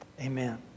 Amen